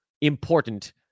important